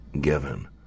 given